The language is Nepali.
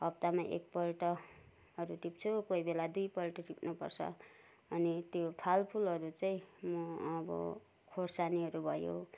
हप्तामा एकपल्टहरू टिप्छु कोही बेला दुईपल्ट टिप्नुपर्छ अनि त्यो फलफुलहरू चाहिँ म अब खोर्सानीहरू भयो